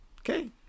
Okay